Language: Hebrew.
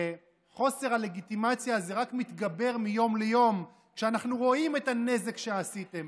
חוסר הלגיטימציה הזה רק מתגבר מיום ליום כשאנחנו רואים את הנזק שעשיתם,